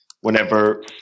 whenever